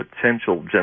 potential